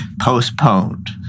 Postponed